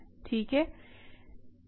ठीक है